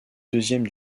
deuxième